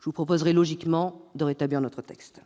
Je vous proposerai logiquement, mes chers collègues,